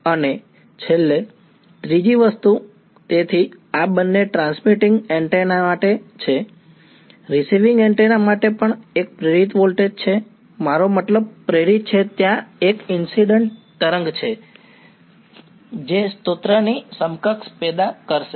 અને છેલ્લે ત્રીજી વસ્તુ તેથી આ બંને ટ્રાન્સમિટિંગ એન્ટેના માટે છે રીસીવિંગ એન્ટેના માટે પણ એક પ્રેરિત વોલ્ટેજ છે મારો મતલબ પ્રેરિત છે ત્યાં એક ઈન્સિડ્ન્ટ તરંગ છે જે સ્ત્રોતની સમકક્ષ પેદા કરશે